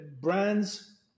brands